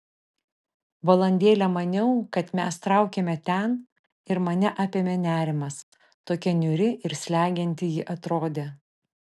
valandėlę maniau kad mes traukiame ten ir mane apėmė nerimas tokia niūri ir slegianti ji atrodė